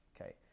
Okay